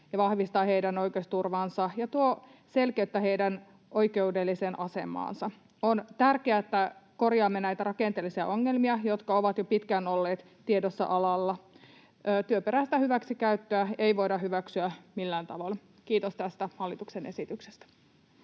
vahvistaa heidän oikeusturvaansa ja tuo selkeyttä heidän oikeudelliseen asemaansa. On tärkeää, että korjaamme näitä rakenteellisia ongelmia, jotka ovat jo pitkään olleet tiedossa alalla. Työperäistä hyväksikäyttöä ei voida hyväksyä millään tavalla. Kiitos tästä hallituksen esityksestä.